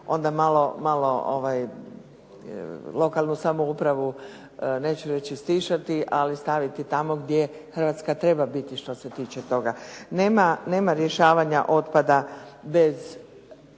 onda malo lokalnu samoupravu, neću reći stišati, ali staviti tamo gdje Hrvatska treba biti što se tiče toga. Nema rješavanja otpada bez